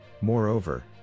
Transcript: Moreover